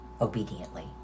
obediently